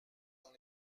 dans